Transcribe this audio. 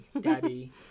Daddy